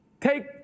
Take